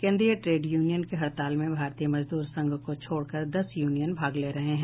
केंद्रीय trade union के हड़ताल में भारतीय मजदूर संघ को छोड़कर दस यूनियन भाग ले रहे हैं